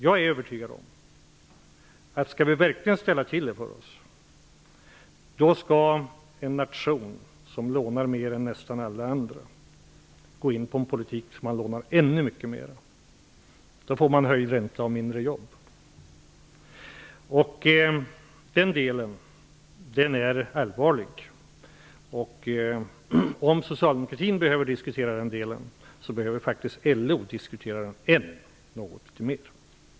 Om vi verkligen skall ställa till det för oss skall vi -- en nation som lånar mer än nästan alla andra -- gå in på en politik som innebär att man lånar ännu mycket mer. Det är jag övertygad om. Då får man höjd ränta och färre jobb. Den delen i programmet är allvarlig. Om socialdemokratin behöver diskutera den delen behöver faktiskt LO diskutera den ännu något mer.